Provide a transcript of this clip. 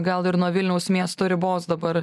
gal ir nuo vilniaus miesto ribos dabar